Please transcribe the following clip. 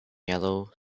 yellow